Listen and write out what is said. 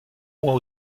moins